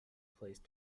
place